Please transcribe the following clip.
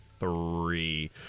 three